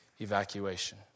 evacuation